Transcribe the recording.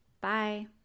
Bye